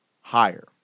Higher